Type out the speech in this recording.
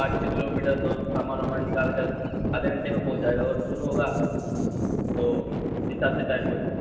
پانچ چھ kilometre تو سامان وامان نکال کر آدھے گھنٹے میں پہنچ جائے گا اور دور ہوگا تو اس حساب سے ٹائم لگے گا